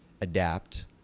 adapt